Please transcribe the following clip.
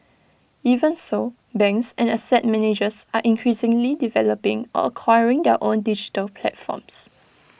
even so banks and asset managers are increasingly developing or acquiring their own digital platforms